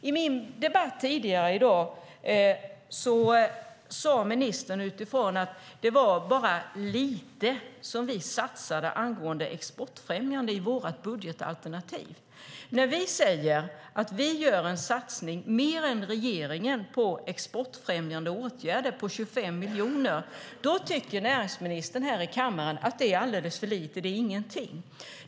I debatten med mig tidigare i dag sade ministern att det var bara lite som vi satsade angående exportfrämjande i vårt budgetalternativ. När vi säger att vi gör en satsning - mer än regeringen - på exportfrämjande åtgärder på 25 miljoner tycker näringsministern här i kammaren att det är alldeles för lite - det är ingenting.